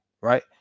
right